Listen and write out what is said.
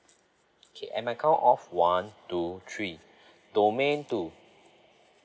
K and my count of one two three domain two